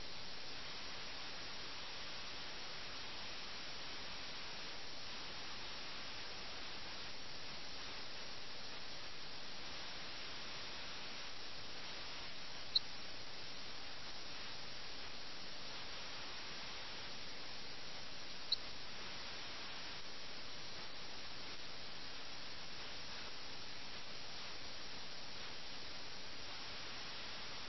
എന്നാൽ ചിലപ്പോൾ അവർ അതേ ദിവസം തന്നെ അനുരഞ്ജനത്തിലാകും ചിലപ്പോൾ അവർ കളി നിർത്തും ആ വ്യക്തികളിൽ ഒരാൾ മിർസ അവൻ പുറത്തേക്ക് കടന്ന് വീട്ടിലേക്ക് പോകും രാത്രി വിശ്രമത്തിനുശേഷം അവൻ അനുരഞ്ജനത്തിലാകും അവൻ മറ്റൊരു ചെസ്സ് കളി ആരംഭിക്കാൻ സുഹൃത്തിന്റെ വീട്ടിൽ തിരിച്ചെത്തും